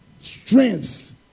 strength